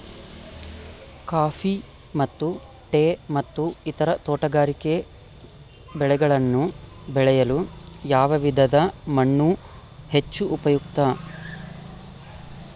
Coffee ಮತ್ತು tea ಮತ್ತು ಇತರ ತೋಟಗಾರಿಕೆ ಬೆಳೆಗಳನ್ನು ಬೆಳೆಯಲು ಯಾವ ವಿಧದ ಮಣ್ಣು ಹೆಚ್ಚು ಉಪಯುಕ್ತ?